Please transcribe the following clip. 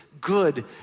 good